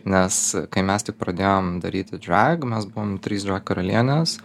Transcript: nes kai mes tik pradėjom daryti drag mes buvom trys karalienės